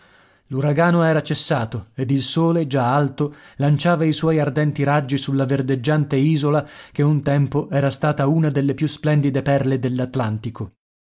l'uragano era cessato ed il sole già alto lanciava i suoi ardenti raggi sulla verdeggiante isola che un tempo era stata una delle più splendide perle